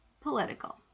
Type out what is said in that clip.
political